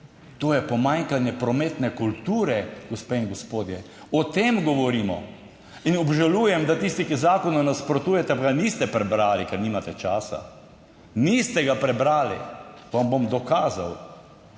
To je pomanjkanje prometne kulture, gospe in gospodje, o tem govorimo. Obžalujem, da tisti, ki zakonu nasprotujete, ga niste prebrali, ker nimate časa. Niste ga prebrali, vam bom dokazal.